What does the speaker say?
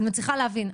אני מצליחה להבין.